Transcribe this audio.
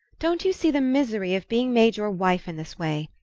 don't you see the misery of being made your wife in this way?